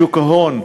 שוק ההון,